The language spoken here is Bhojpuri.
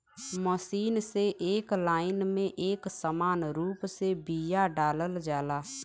मशीन से एक लाइन में एक समान रूप से बिया डालल जाला